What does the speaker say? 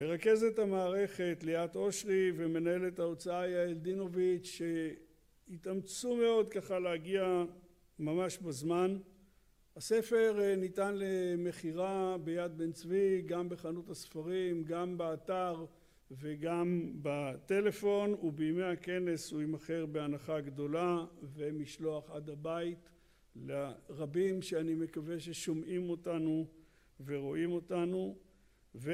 הרכזת המערכת ליאת אושרי ומנהלת ההוצאה יעל דינוביץ׳ שהתאמצו מאוד ככה להגיע ממש בזמן. הספר ניתן למכירה ביד בן צבי גם בחנות הספרים גם באתר וגם בטלפון ובימי הכנס הוא ימכר בהנחה גדולה ומשלוח עד הבית לרבים שאני מקווה ששומעים אותנו ורואים אותנו